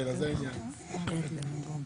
שמונה.